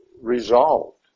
resolved